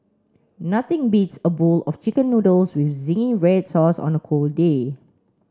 nothing beats a bowl of chicken noodles with zingy red sauce on a cold day